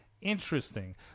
Interesting